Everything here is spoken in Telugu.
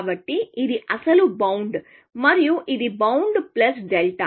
కాబట్టి ఇది అసలు బౌండ్ మరియు ఇది బౌండ్ ప్లస్ డెల్టా